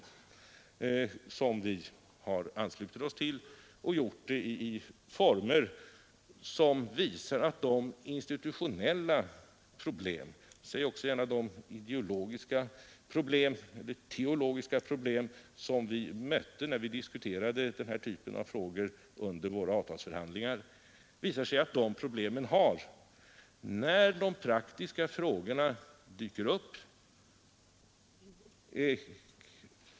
Denna lösning har vi anslutit oss till och vi har gjort det i former som visar att de institutionella problem — säg också gärna de ideologiska problem eller teologiska problem — som vi mötte när vi diskuterade den här typen av samarbete under våra avtalsförhandlingar knappast har någon betydelse alls när de praktiska frågorna dyker upp.